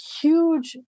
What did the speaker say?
huge